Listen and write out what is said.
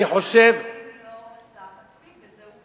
היא אכן לא עושה מספיק, וזו עובדה.